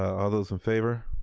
all those in favor?